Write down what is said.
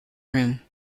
room